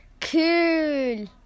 Cool